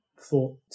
thought